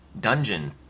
dungeon